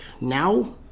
now